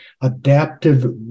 adaptive